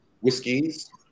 whiskies